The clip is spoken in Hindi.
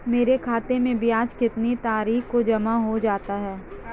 मेरे खाते में ब्याज कितनी तारीख को जमा हो जाता है?